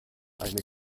eine